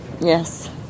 Yes